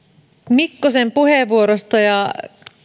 mikkosen puheenvuorosta ja